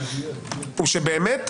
הוא שבאמת,